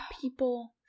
people